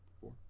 Four